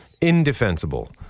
Indefensible